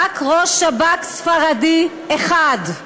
רק ראש שב"כ ספרדי אחד,